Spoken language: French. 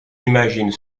imagine